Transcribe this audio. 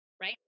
right